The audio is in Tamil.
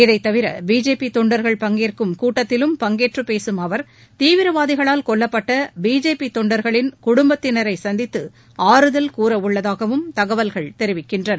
இதை தவிர பிஜேபி தொண்டர்கள் பங்கேற்கும் கூட்டத்திலும் பங்கேற்று பேசும் அவர் தீவிரவாதிகளால் கொல்லப்பட்ட பிஜேபி தொண்டர்களின் குடும்பத்தினரை சந்தித்து ஆறுதல் கூறவுள்ளதாகவும் தகவல்கள் தெரிவிக்கின்றன